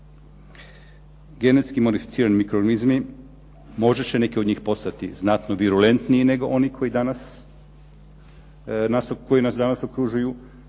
Genetski modificirani mikroorganizmi možda će neki od njih postati znatno virulentniji nego oni koji nas danas okružuju,